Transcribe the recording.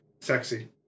Sexy